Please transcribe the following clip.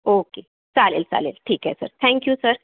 okay चालेल चालेल ठीक आहे सर थँक यू सर